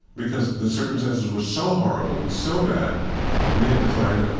because the circumstances were so horrible and so bad we had to find, and